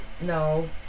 No